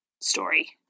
story